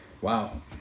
Wow